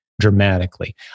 dramatically